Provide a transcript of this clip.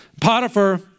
Potiphar